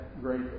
great